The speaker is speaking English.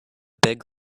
big